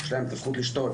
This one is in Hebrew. יש להם את הזכות לשתות.